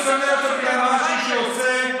אם הוא שונא אותו בגלל משהו שהוא עושה,